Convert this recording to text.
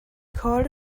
called